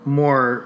more